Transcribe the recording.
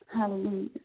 Hallelujah